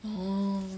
oh